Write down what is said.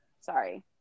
Sorry